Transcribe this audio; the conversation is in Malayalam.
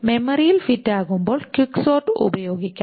മെമ്മറിയിൽ ഫിറ്റ് ആകുമ്പോൾ ക്വിക്ക് സോർട്ട് ഉപയോഗിക്കാം